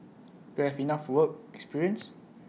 do I have enough work experience